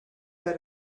that